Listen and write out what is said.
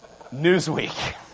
Newsweek